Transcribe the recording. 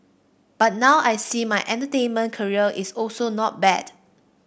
but now I see my entertainment career is also not bad